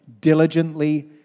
diligently